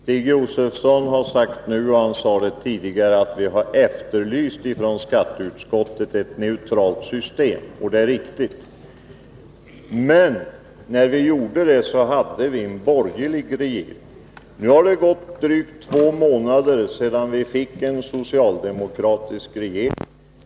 Herr talman! Jag vill ta upp två saker. Stig Josefson sade nu och har tidigare sagt att vi i skatteutskottet har efterlyst ett neutralt system, och det är riktigt. Men när vi gjorde det hade vi en borgerlig regering. Nu har det gått drygt två månader sedan vi fick en socialdemokratisk regering.